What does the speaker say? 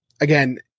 again